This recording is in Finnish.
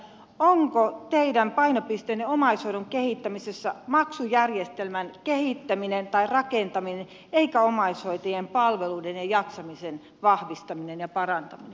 onko teidän painopisteenne omaishoidon kehittämisessä maksujärjestelmän kehittäminen tai rakentaminen eikä omaishoitajien palveluiden ja jaksamisen vahvistaminen ja parantaminen